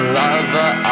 lover